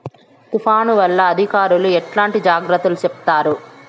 తుఫాను వల్ల అధికారులు ఎట్లాంటి జాగ్రత్తలు చెప్తారు?